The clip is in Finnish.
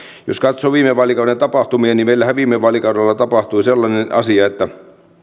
jos katsoo viime vaalikauden tapahtumia niin meillähän viime vaalikaudella tapahtui sellainen asia että